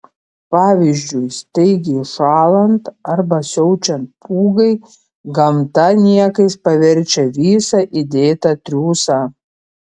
pavyzdžiui staigiai šąlant arba siaučiant pūgai gamta niekais paverčia visą įdėtą triūsą